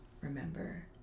remember